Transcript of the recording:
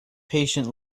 patient